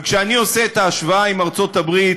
וכשאני עושה את ההשוואה עם ארצות-הברית,